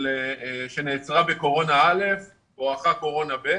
שנעצרה בקורונה א' בואך קורונה ב'.